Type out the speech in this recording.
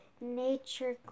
nature